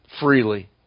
freely